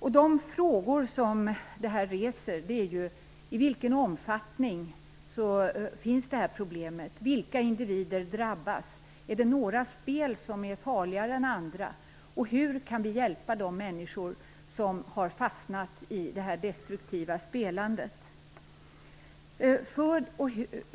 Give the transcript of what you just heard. De frågor som det här reser är ju: I vilken omfattning finns det här problemet? Vilka individer drabbas? Är det några spel som är farligare än andra? Hur kan vi hjälpa de människor som har fastnat i det destruktiva spelandet?